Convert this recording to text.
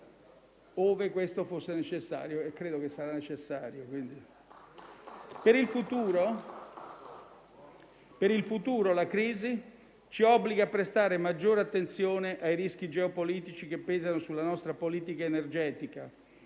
Per il futuro la crisi ci obbliga a prestare maggiore attenzione ai rischi geopolitici che pesano sulla nostra politica energetica